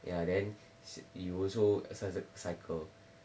ya then you also exercise cycle